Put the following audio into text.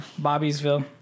Bobbiesville